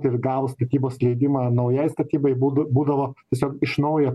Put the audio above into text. ir gavus statybos leidimą naujai statybai būd būdavo tiesiog iš naujo